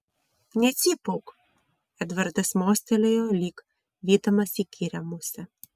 necypauk edvardas mostelėjo lyg vydamas įkyrią musę